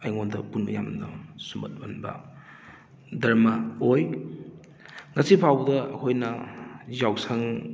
ꯑꯩꯉꯣꯟꯗ ꯄꯨꯟꯕ ꯌꯥꯝꯅ ꯁꯨꯝꯍꯠ ꯍꯟꯕ ꯗꯔꯃ ꯑꯣꯏ ꯉꯁꯤ ꯐꯥꯎꯕꯗ ꯑꯩꯈꯣꯏꯅ ꯌꯥꯎꯁꯪ